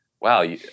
wow